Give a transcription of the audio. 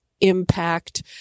impact